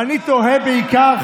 ואני תוהה בעיקר,